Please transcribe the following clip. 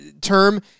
term